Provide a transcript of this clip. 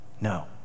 No